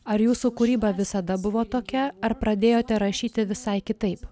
ar jūsų kūryba visada buvo tokia ar pradėjote rašyti visai kitaip